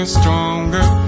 stronger